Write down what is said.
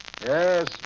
Yes